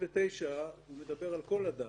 סעיף 69 מדבר על כל אדם.